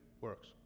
works